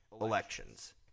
elections